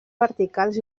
verticals